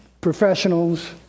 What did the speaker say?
professionals